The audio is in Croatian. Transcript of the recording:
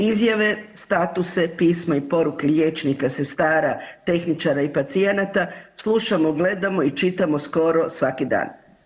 Izjave, statuse, pisma i poruke liječnika, sestara, tehničara i pacijenata slušamo, gledamo i čitamo skoro svaki dan.